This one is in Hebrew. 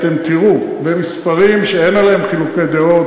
אתם תראו במספרים שאין עליהם חילוקי דעות,